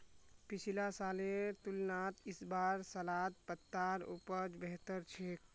पिछला सालेर तुलनात इस बार सलाद पत्तार उपज बेहतर छेक